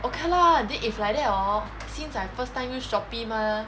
okay lah then if like that hor since I first time use shopee mah